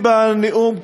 בנאום כאן,